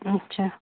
اچھا